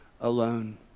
alone